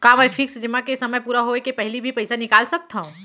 का मैं फिक्स जेमा के समय पूरा होय के पहिली भी पइसा निकाल सकथव?